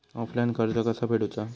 Offline कर्ज कसा फेडूचा?